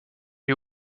est